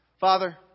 father